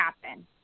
happen